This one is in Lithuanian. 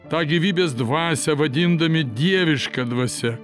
tą gyvybės dvasią vadindami dieviška dvasia